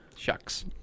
Shucks